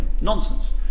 Nonsense